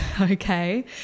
okay